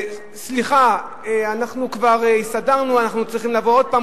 סליחה, אנחנו כבר הסתדרנו, צריך לבוא עוד פעם.